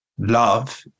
Love